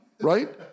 right